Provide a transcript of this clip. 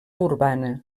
urbana